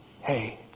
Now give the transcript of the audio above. Hey